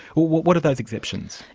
what what are those exemptions?